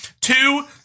Two